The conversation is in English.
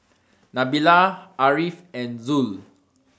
Nabila Ariff and Zul